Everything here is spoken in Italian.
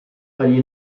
agli